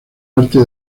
arte